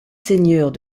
seigneurs